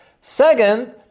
Second